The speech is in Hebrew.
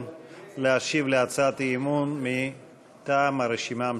להשיב על הצעת האי-אמון מטעם הרשימה המשותפת.